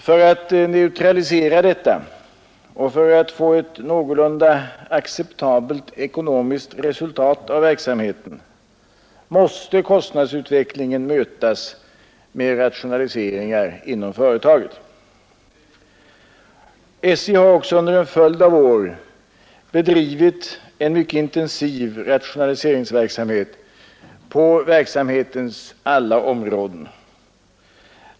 För att neutralisera detta och för att få ett någorlunda acceptabelt ekonomiskt resultat av verksamheten måste kostnadsutvecklingen mötas med rationaliseringar inom företaget. SJ har också under en följd av år bedrivit en mycket intensiv rationaliseringsverksamhet inom verksamhetens alla områden.